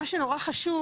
מה שנורא חשוב,